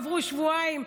עברו שבועיים,